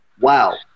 wow